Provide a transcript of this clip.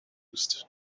used